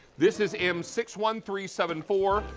this is m six one three seven four.